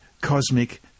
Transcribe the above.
cosmic